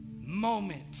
moment